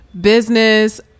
business